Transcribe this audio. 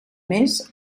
més